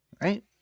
right